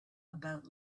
about